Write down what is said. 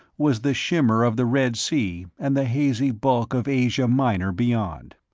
was the shimmer of the red sea and the hazy bulk of asia minor beyond.